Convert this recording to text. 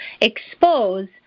expose